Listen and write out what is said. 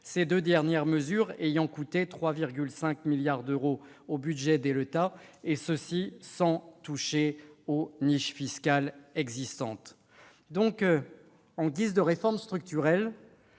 ces deux dernières mesures ayant coûté 3,5 milliards d'euros au budget de l'État, et ce sans toucher aux niches fiscales existantes. En guise de réforme structurelle,